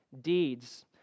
deeds